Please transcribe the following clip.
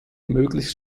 möglichst